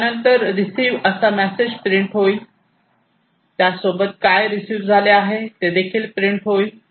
त्यानंतर रिसीव्ह असा message print होईल त्या सोबत काय रिसीव झाले आहे ते देखील प्रिंट होईल